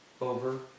over